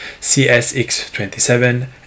CSX27